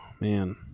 man